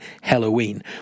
Halloween